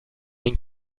den